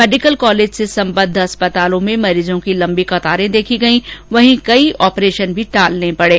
medical college से सम्बद्ध अस्पतालों में मरीजों की लम्बी कतारें देखी गई वहीं कई आपरेशन भी टालने पड़े